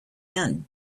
end